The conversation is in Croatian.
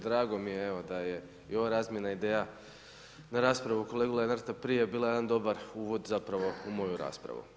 Drago mi je evo da je i ova razmjena ideja na raspravu kolege Lenarta prije bila jedan dobar uvod zapravo u moju raspravu.